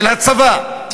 של הצבא,